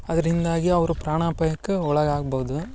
ಅದರಿಂದಾಗಿ ಅವರು ಪ್ರಾಣಾಪಾಯಕ್ಕೆ ಒಳಗಾಗ್ಬೋದು